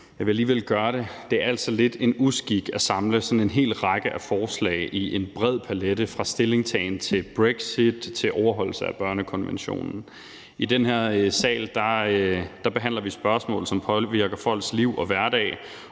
jeg vil alligevel gøre det: Det er altså lidt en uskik at samle sådan en hel række af forslag i en bred palet fra stillingtagen til brexit til overholdelse af børnekonventionen. I den her sal behandler vi spørgsmål, som påvirker folks liv og hverdag,